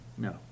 No